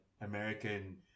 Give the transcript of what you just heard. American